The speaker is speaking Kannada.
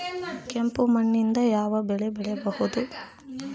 ಕೆಂಪು ಮಣ್ಣಿನಲ್ಲಿ ಯಾವ ಬೆಳೆ ಬೆಳೆಯಬಹುದು?